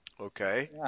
Okay